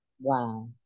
Wow